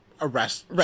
arrest